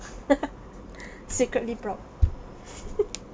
secretly proud